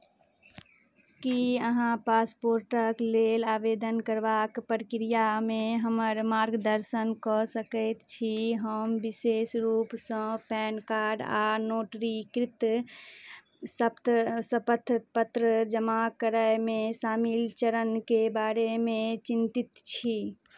की अहाँ पासपोर्टक लेल आवेदन करबाक प्रक्रियामे हमर मार्गदर्शन कऽ सकैत छी हम विशेष रूपसँ पैन कार्ड आ नोटरीकृत शपथ शपथपत्र जमा करयमे शामिल चरणके बारेमे चिन्तित छी